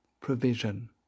provision